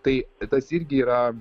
tai tas irgi yra